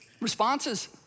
responses